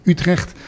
Utrecht